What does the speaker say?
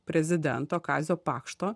prezidento kazio pakšto